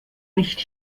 nicht